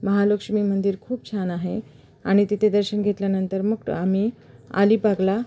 महालक्ष्मी मंदिर खूप छान आहे आणि तिथे दर्शन घेतल्यानंतर मग आम्ही अलिबागला